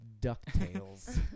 DuckTales